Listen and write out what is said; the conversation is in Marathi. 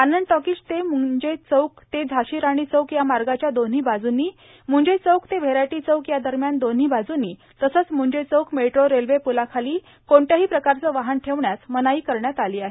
आनंद टाकीज ते मूंजे चौक ते झांशी राणी चौक या मार्गाच्या दोन्ही बाजूंनी मूंजे चौक ते व्हेरायटी चौक या दरम्यान दोन्ही बाजूंनी तसंच मूंजे चौक मेट्रो रेल्वे प्लाखाली कोणत्याही प्रकारचं वाहन ठेवण्यास मनाई करण्यात आली आहे